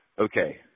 okay